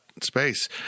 Space